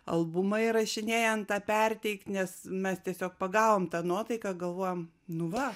albumą įrašinėjant tą perteikt nes mes tiesiog pagavom tą nuotaiką galvojom nu va